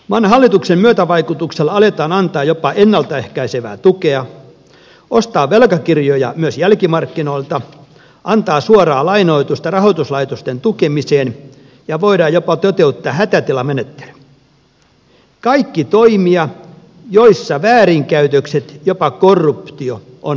maan hallituksen myötävaikutuksella aletaan antaa jopa ennalta ehkäisevää tukea ostaa velkakirjoja myös jälkimarkkinoilta antaa suoraa lainoitusta rahoituslaitosten tukemiseen ja voidaan jopa toteuttaa hätätilamenettely kaikki ovat toimia joissa väärinkäytökset jopa korruptio ovat mahdollisia